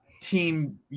team